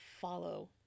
follow